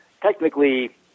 technically